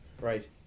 Right